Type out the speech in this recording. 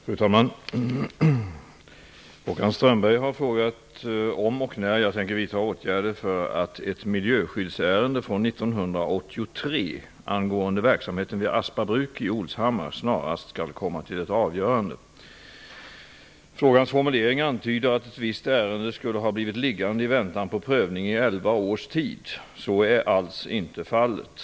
Fru talman! Håkan Strömberg har frågat om och när jag tänker vidta åtgärder för att ett miljöskyddsärende från 1983 angående verksamheten vid Aspa Bruk i Olshammar snarast skall komma till ett avgörande. Frågans formulering antyder att ett visst ärende skulle ha blivit liggande i väntan på prövning i elva års tid. Så är alls inte fallet.